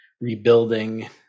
rebuilding